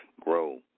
grow